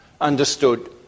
understood